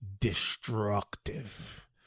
destructive